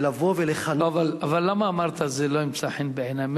ולבוא ולכנות, אבל למה אמרת: זה לא ימצא חן בעיני.